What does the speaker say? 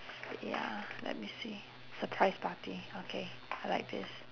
ya let me see surprise party okay I like this